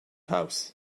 house